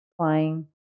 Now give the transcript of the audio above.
playing